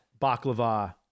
baklava